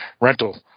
rental